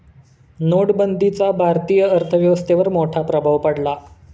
नोटबंदीचा भारतीय अर्थव्यवस्थेवर मोठा प्रभाव पडला